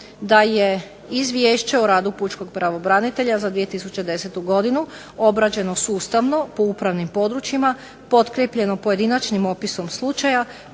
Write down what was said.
da je izvješće o radu pučkog pravobranitelja za 2010. godinu obrađeno sustavno po upravnim područjima, pokrepljeno pojedinačnim opisom slučaja,